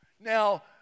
now